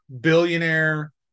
billionaire